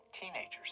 teenagers